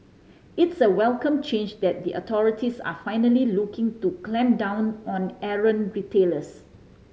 it's a welcome change that the authorities are finally looking to clamp down on errant retailers